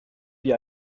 wie